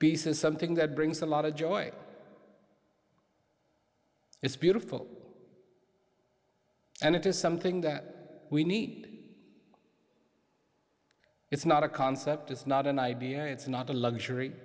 peace is something that brings a lot of joy it's beautiful and it is something that we need it's not a concept it's not an idea it's not a luxury